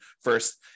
first